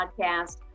podcast